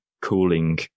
cooling